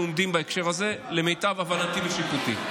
עומדים בהקשר הזה למיטב הבנתי ושיפוטי.